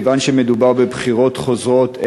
כיוון שמדובר בבחירות חוזרות,